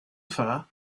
far